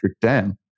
dam